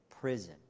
prison